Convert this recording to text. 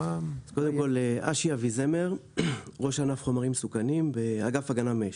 אני ראש ענף חומרים מסוכנים באגף הגנה מאש,